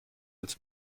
als